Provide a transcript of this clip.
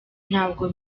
ntabwo